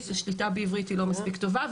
השליטה בעברית היא לא מספיק טובה.